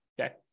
Okay